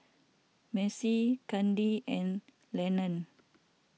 Marcy Kadin and Leland